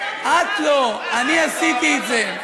את לא, אני עשיתי את זה.